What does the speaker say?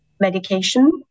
medication